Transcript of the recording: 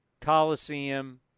Coliseum